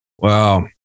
Wow